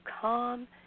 calm